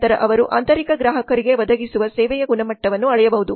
ನಂತರ ಅವರು ಆಂತರಿಕ ಗ್ರಾಹಕರಿಗೆ ಒದಗಿಸುವ ಸೇವೆಯ ಗುಣಮಟ್ಟವನ್ನು ಅಳೆಯಬಹುದು